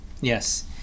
Yes